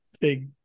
big